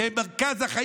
כשאני קם